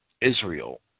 Israel